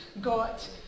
Got